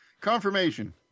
confirmation